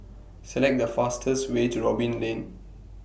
Select The fastest Way to Robin Lane